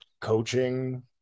coaching